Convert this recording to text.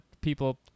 people